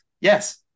Yes